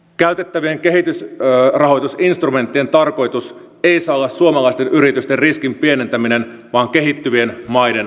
käytettävien kehitysrahoitusinstrumenttien tarkoitus ei saa olla suomalaisten yritysten riskin pienentäminen vaan kehittyvien maiden auttaminen